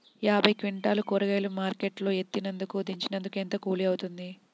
యాభై క్వింటాలు కూరగాయలు మార్కెట్ లో ఎత్తినందుకు, దించినందుకు ఏంత కూలి అవుతుంది?